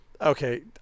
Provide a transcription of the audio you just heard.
Okay